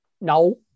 no